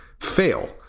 fail